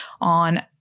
on